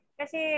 kasi